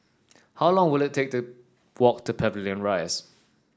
how long will it take to walk to Pavilion Rise